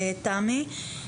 תמי,